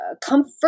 comfort